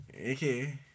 Okay